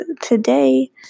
today